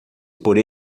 por